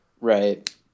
Right